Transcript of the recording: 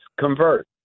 convert